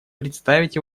представить